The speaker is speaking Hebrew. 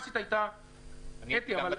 היועץ המשפטי, אתה היית פה, נכון?